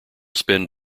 spend